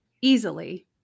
easily